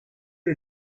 are